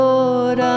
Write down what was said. Lord